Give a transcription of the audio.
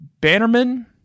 Bannerman